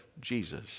Jesus